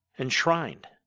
enshrined